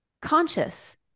conscious